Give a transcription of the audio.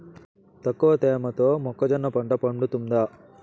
తక్కువ తేమతో మొక్కజొన్న పంట పండుతుందా?